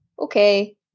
okay